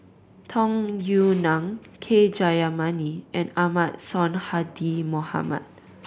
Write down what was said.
Tung Yue Nang K Jayamani and Ahmad Sonhadji Mohamad